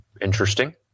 interesting